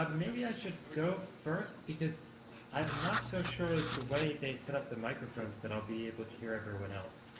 maybe i should go first because i'm not so sure that the way they set up the microphones, that i'll be able to hear everyone else.